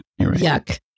Yuck